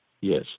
Yes